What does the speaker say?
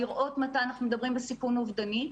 לראות מתי אנחנו מדברים בסיכון אובדני,